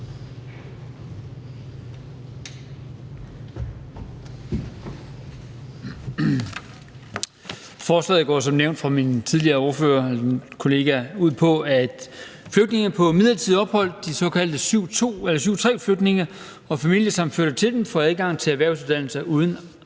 Forslaget går, som nævnt af min ordførerkollega tidligere, ud på, at flygtninge på midlertidigt ophold, de såkaldte § 7, stk. 3-flygtninge og familiesammenførte til dem, får adgang til erhvervsuddannelser uden